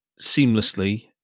seamlessly